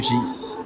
Jesus